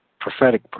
prophetic